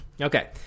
Okay